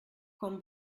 comme